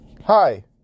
Hi